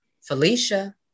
Felicia